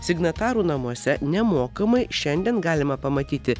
signatarų namuose nemokamai šiandien galima pamatyti